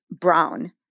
brown